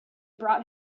brought